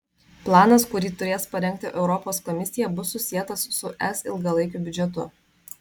planas kurį turės parengti europos komisija bus susietas su es ilgalaikiu biudžetu